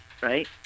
right